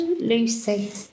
Lucy